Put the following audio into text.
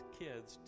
kids